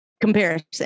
comparison